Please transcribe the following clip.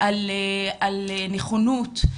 על נכונות,